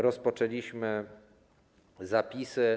Rozpoczęliśmy zapisy.